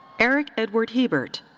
eric edward hebert.